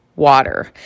Water